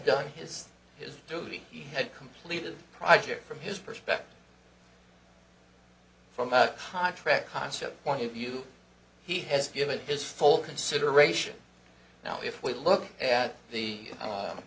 done his his duty he had completed project from his perspective from a contract concept point of view he has given his full consideration now if we look at the